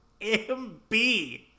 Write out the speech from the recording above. MB